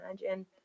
imagine